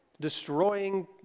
destroying